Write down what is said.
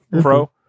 Pro